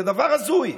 זה דבר הזוי,